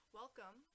welcome